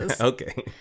okay